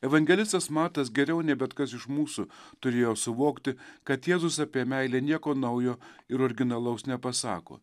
evangelistas matas geriau nei bet kas iš mūsų turėjo suvokti kad jėzus apie meilę nieko naujo ir originalaus nepasako